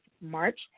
March